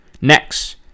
Next